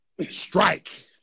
Strike